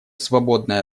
свободные